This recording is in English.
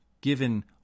given